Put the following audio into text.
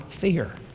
fear